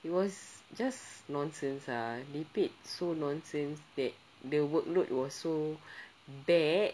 it was just nonsense ah they paid so nonsense that the workload was so bad